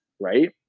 right